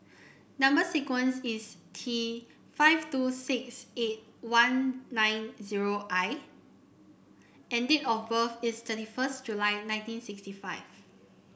number sequence is T five two six eight one nine zero I and date of birth is thirty first July nineteen sixty five